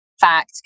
fact